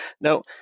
Now